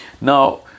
Now